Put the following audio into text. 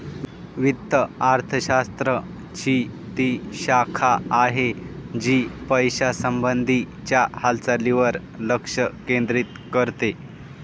वित्त अर्थशास्त्र ची ती शाखा आहे, जी पैशासंबंधी च्या हालचालींवर लक्ष केंद्रित करते